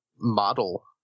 model